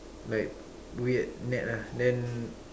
like weird net lah then